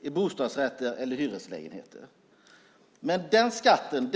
i bostadsrätter eller hyresrätter efter hur hög inkomst man har.